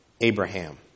Abraham